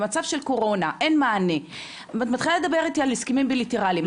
במצב של קורונה כשאין מענה ואת מתחילה לדבר איתי על הסכמים בילטראליים.